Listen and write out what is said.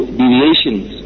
deviations